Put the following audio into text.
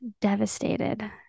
devastated